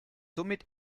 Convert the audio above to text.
somit